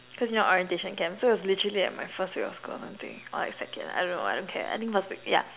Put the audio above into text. cause you know orientation camp so it was literally at my first week of school or something or like second I don't know I don't care I think first week yup